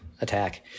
attack